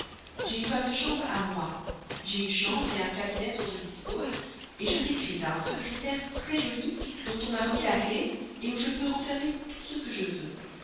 j'ai une femme de chambre à moi j'ai une chambre un cabinet dont je dispose je t'écris à un secrétaire très-joli dont on m'a remis la clef où je peux renfermer tout ce que je veux